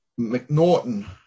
McNaughton